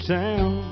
town